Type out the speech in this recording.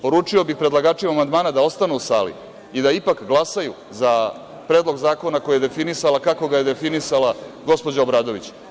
Poručio bih predlagačima amandmana da ostanu u sali i da ipak glasaju za predlog zakona koji je definisala, kako ga je definisala gospođa Obradović.